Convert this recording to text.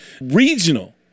regional